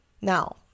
now